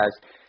guys